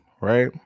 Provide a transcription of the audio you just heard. right